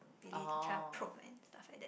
really try to probe and stuff like that